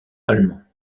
allemands